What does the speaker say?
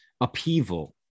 upheaval